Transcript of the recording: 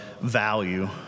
value